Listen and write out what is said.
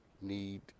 need